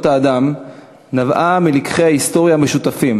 האדם נבעה מלקחי ההיסטוריה המשותפים,